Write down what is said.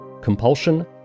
Compulsion